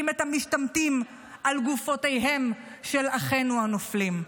את המשתמטים על גופותיהם של אחינו הנופלים.